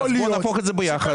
אז בוא נהפוך את זה ביחד.